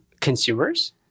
consumers